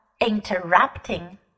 interrupting